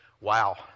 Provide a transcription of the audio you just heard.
Wow